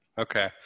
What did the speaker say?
Okay